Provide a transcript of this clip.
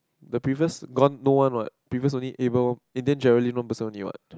the previous gone no one what previous only able in then Jareline one person only what